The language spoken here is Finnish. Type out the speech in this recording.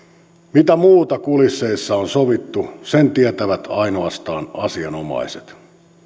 mitä muuta kulisseissa on sovittu sen tietävät ainoastaan asianomaiset